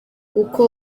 uko